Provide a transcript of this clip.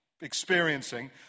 experiencing